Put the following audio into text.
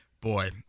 boy